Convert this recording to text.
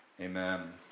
Amen